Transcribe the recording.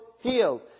healed